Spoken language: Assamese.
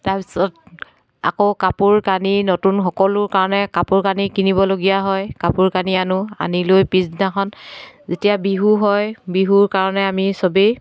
তাৰপিছত আকৌ কাপোৰ কানি নতুন সকলোৰ কাৰণে কাপোৰ কানি কিনিবলগীয়া হয় কাপোৰ কানি আনো আনি লৈ পিছদিনাখন যেতিয়া বিহু হয় বিহুৰ কাৰণে আমি চবেই